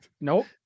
nope